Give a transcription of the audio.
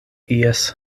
ies